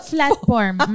Platform